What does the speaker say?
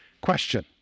Question